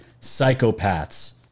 psychopaths